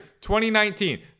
2019